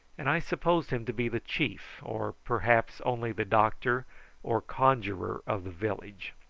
and i supposed him to be the chief, or perhaps only the doctor or conjuror of the village.